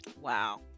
Wow